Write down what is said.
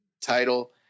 title